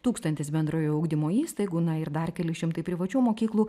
tūkstantis bendrojo ugdymo įstaigų na ir dar keli šimtai privačių mokyklų